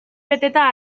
beteta